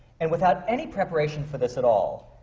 and without any preparation for this at all,